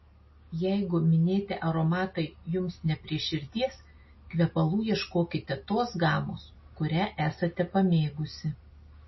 jeigu minėti aromatai jums ne prie širdies kvepalų ieškokite tos gamos kurią esate pamėgusi